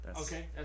Okay